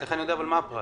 איך אני יודע מה הפרט?